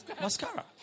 Mascara